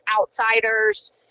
outsiders